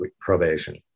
probation